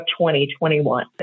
2021